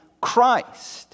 Christ